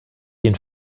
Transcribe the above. ihnen